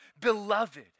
beloved